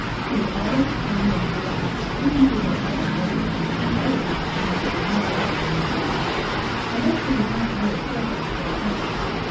she was always kind and polite, even to her uncle james and to other people whom she did not like very much and though she was not very clever, for a princess,